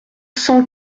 cent